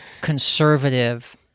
conservative